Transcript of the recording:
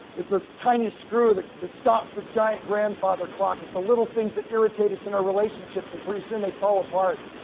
it's this tiny screw that that stops the giant grandfather clock. it's the little things that irritate us in our relationships and pretty soon they fall apart.